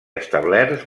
establerts